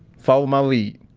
follow my lead.